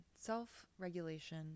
Self-regulation